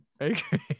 okay